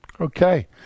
Okay